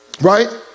Right